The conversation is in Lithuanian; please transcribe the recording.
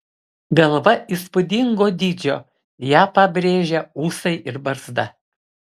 galva įspūdingo dydžio ją pabrėžia ūsai ir barzda